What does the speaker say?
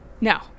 No